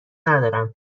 ندارم